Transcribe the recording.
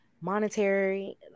monetary